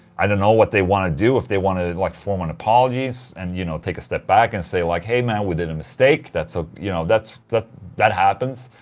i don't know, what they wanted to do, if they wanted to like form an apologies and you know, take a step back and say like hey, man, we did a mistake'. that's. ah you know, that's. that that happens.